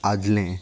आदलें